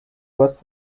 was